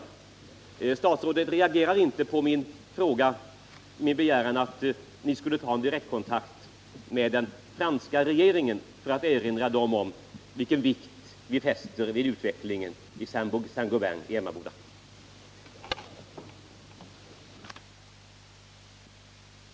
Nr 148 Statsrådet reagerade inte på min begäran om en direktkontakt med den Torsdagen den franska regeringen för att erinra om vilken vikt vi fäster vid utvecklingen av 17 maj 1979